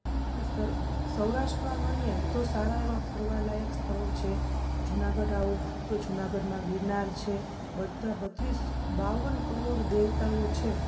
આપણે સૌરાષ્ટ્રમાં ગણીએ તો સારા એવા ફરવાલાયક સ્થળો છે જુનાગઢ આવો તો જુનાગઢમાં ગીરનાર છે બધા બત્રીસ બાવન કરોડ દેવતાઓ છે